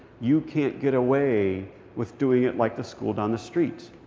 you can't get away with doing it like the school down the street.